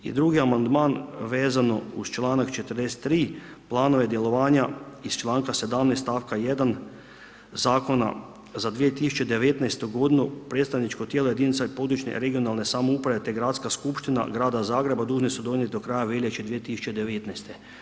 I drugi amandman vezan uz članak 43. planove djelovanja iz članka 17. stavka 1. zakona za 2019. g. predstavničko tijelo jedinica područne (regionalne) samouprave te Gradska skupština grada Zagreba dužni su donijeti do kraja veljače 2019.